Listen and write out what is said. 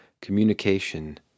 communication